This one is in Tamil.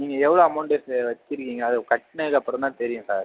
நீங்கள் எவ்வளோ அமௌண்ட்டு இப்போ வச்சுருக்கீங்க அது கட்டினத்துக்கு அப்புறம் தான் தெரியும் சார்